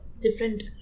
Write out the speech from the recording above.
different